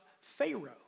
Pharaoh